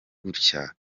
gutya